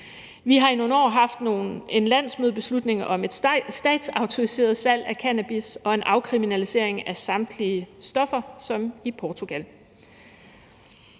vi har i nogle år haft en landsmødebeslutning om et statsautoriseret salg af cannabis og en afkriminalisering af samtlige stoffer som i Portugal.